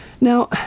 Now